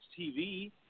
TV